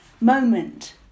moment